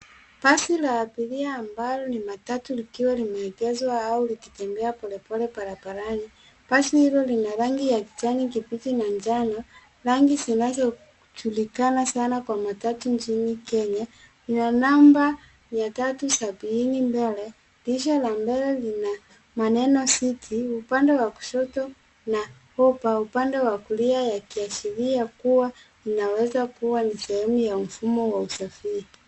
Basi la abiria ambalo ni matatu likiwa limeegezwa au likitembea polepole barabarani, basi hilo lina rangi ya kijani kibichi na njano rangi zinazojulikana sana kwa matatu nchini Kenya ni ya namba 370 mbele, dirisha la mbele lina maneno city upande wa kushoto na hopa upande wa kulia ya kiashiria kuwa linaweza kuwa ni sehemu ya mfumo wa usafiri.